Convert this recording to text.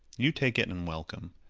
you take it and welcome.